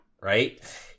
right